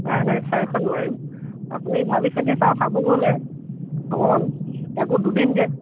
নাই নাই চাৰিশত নোৱাৰিম আপুনি ভাবি চিন্তি চাওক হাবুঙলৈ অকণমান তাকো দুদিনকৈ